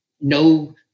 no